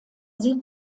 sie